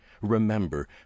Remember